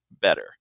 better